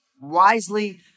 wisely